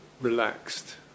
relaxed